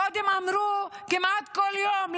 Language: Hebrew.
קודם אמרו: כמעט כל יום,